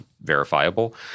verifiable